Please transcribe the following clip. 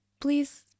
please